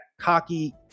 cocky